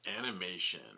animation